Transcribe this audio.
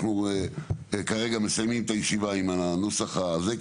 אנחנו כרגע מסיימים את הישיבה עם הנוסח הזה,